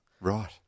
Right